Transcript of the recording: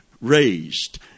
raised